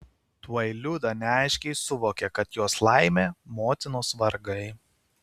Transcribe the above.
tuoj liuda neaiškiai suvokė kad jos laimė motinos vargai